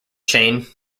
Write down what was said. chain